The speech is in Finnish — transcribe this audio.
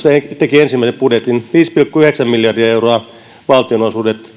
teki ensimmäisen budjetin viisi pilkku yhdeksän miljardia euroa olivat valtionosuudet